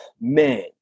Man